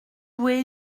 louer